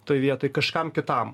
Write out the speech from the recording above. toj vietoj kažkam kitam